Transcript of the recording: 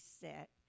set